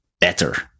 better